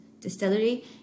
distillery